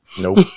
Nope